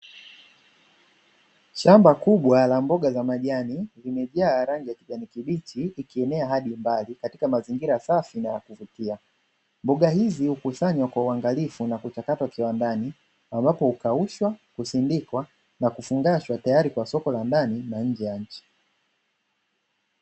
Shamba kubwa la mboga za majani limejaaa rangi ya kijani kibichi ikienea hadi mbali, katika mazingira safi na ya kuvutia, mboga hizi hukusanywa kwa uangalifu na kuchakatwa kiwandani ambapo hukaushwa, kusindikwa na kufungashwa, tayari kwa soko la ndani na nje ya nchi.